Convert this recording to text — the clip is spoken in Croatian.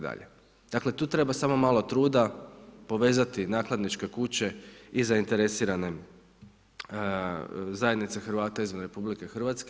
Dakle, tu treba samo malo truda, povezati nakladničke kuće i zainteresirane zajednice Hrvata izvan RH.